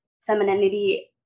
femininity